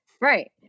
Right